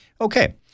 okay